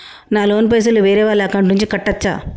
నా లోన్ పైసలు వేరే వాళ్ల అకౌంట్ నుండి కట్టచ్చా?